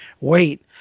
wait